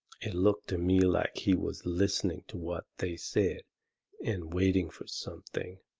it looked to me like he was listening to what they said and waiting fur something.